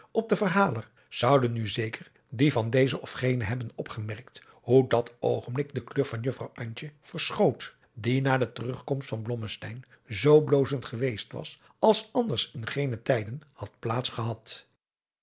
op den verhaler zouden nu zeker die van dezen of genen hebben opgemerkt hoe dat oogenblik de kleur van juffrouw antje veradriaan loosjes pzn het leven van johannes wouter blommesteyn schoot die na de terugkomst van blommesteyn zoo blozend geweest was als anders in geene tijden had